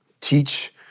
teach